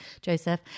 Joseph